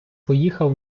поїхав